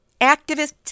activists